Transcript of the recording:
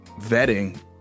vetting